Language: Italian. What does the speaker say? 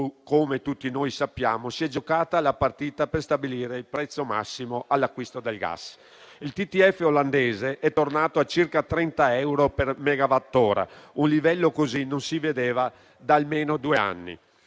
come tutti noi sappiamo - si è giocata la partita per stabilire il prezzo massimo all'acquisto del gas. Il TTF (Title Transfer Facility) olandese è tornato a circa 30 euro per megawattora: un livello così non si vedeva da almeno due anni.